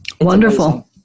Wonderful